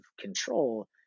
control